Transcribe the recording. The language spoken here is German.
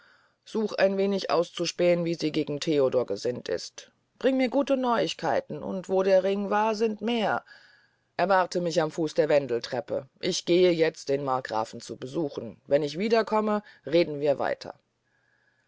such ein wenig auszuspähen wie sie gegen theodor gesinnt ist bring mir gute neuigkeiten und wo der ring war sind mehr erwarte mich am fuß der windeltreppe ich gehe jetzt den markgrafen zu besuchen wenn ich wiederkomme reden wir weiter